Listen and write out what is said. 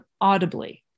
audibly